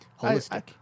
holistic